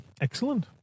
Excellent